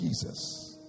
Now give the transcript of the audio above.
Jesus